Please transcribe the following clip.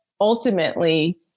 ultimately